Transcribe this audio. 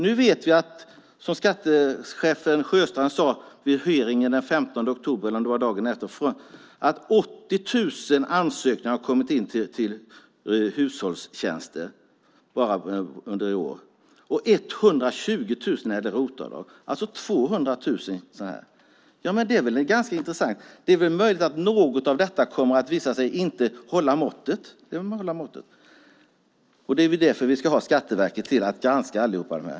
Nu vet vi, som skattechefen Sjöstrand sade vid hearingen den 20 oktober att 80 000 ansökningar har kommit in om hushållstjänster bara i år. Och 120 000 ansökningar har kommit in när det gäller ROT-avdrag. Det är alltså 200 000 ansökningar. Det är ganska intressant och möjligen kommer det att visa sig att några av dessa inte håller måttet. Det är väl det vi ska ha Skatteverket till, att granska alla dessa ansökningar.